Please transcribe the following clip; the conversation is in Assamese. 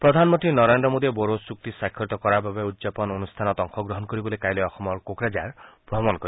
প্ৰধানমন্ত্ৰী নৰেন্দ্ৰ মোডীয়ে বড়ো চুক্তি স্বাক্ষৰিত কৰাৰ বাবে উদযাপন অনুষ্ঠানত অংশগ্ৰহণ কৰিবলৈ কাইলৈ অসমৰ কোকৰাঝাৰ ভ্ৰমণ কৰিব